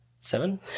seven